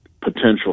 potential